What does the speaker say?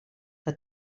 que